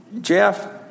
Jeff